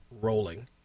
rolling